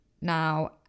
now